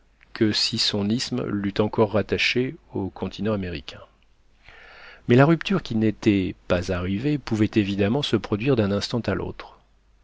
que si son isthme l'eût encore rattachée au continent américain mais la rupture qui n'était pas arrivée pouvait évidemment se produire d'un instant à l'autre